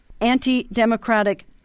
anti-democratic